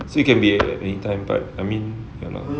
so it can be a anytime but I mean ya lah